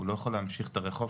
הוא לא יכול להמשיך את הרחוב,